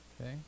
Okay